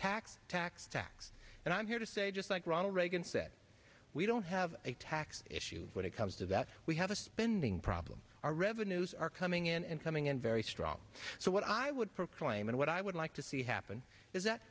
tax tax tax and i'm here to say just like ronald reagan said we don't have a tax issue when it comes to that we have a spending problem the news are coming in and coming in very strong so what i would proclaim and what i would like to see happen is that